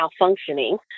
malfunctioning